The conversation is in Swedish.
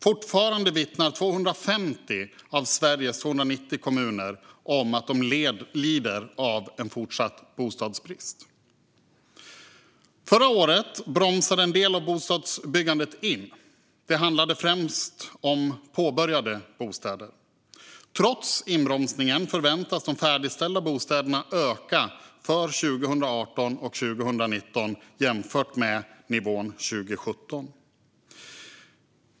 Fortfarande vittnar 250 av Sveriges 290 kommuner om att de lider av en fortsatt bostadsbrist. Förra året bromsade en del av bostadsbyggandet in. Det handlade främst om påbörjade bostäder. Trots inbromsningen förväntas de färdigställda bostäderna öka för 2018 och 2019 jämfört med nivån 2017.